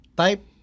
type